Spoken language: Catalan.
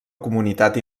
comunitat